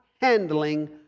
handling